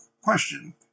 question